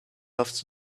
loves